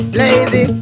lazy